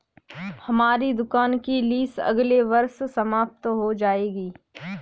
हमारी दुकान की लीस अगले वर्ष समाप्त हो जाएगी